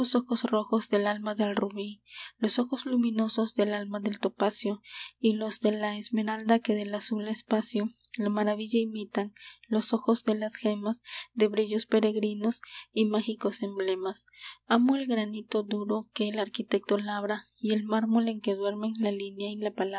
ojos rojos del alma del rubí los ojos luminosos del alma del topacio y los de la esmeralda que del azul espacio la maravilla imitan los ojos de las gemas de brillos peregrinos y mágicos emblemas amo el granito duro que el arquitecto labra y el mármol en que duermen la línea